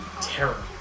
terror